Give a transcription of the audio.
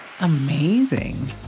amazing